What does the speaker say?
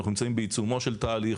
אנחנו נמצאים בעיצומו של תהליך,